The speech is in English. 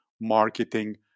marketing